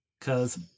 Cause